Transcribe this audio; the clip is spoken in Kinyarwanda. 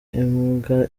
imbwa